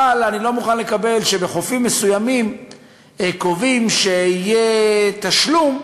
אבל אני לא מוכן לקבל שבחופים מסוימים קובעים שיהיה תשלום,